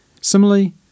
Similarly